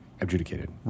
adjudicated